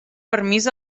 permís